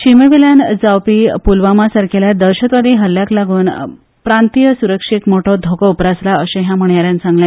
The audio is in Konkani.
शिमेपेल्यान जावपी पुलवामा सारखेल्या दहशतवादी हल्यांकलागून प्रांतीय सुरक्षेक मोठो धोको उप्रासला अशें ह्या म्हणयाऱ्यान सांगले